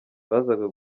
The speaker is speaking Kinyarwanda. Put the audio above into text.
bazaga